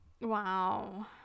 Wow